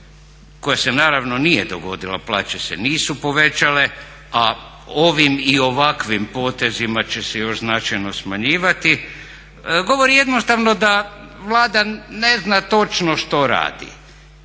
koja se naravno nije dogodila, plaće se nisu povećale, a ovim i ovakvim potezima će se još značajno smanjivati, govori jednostavno da Vlada ne zna točno što radi.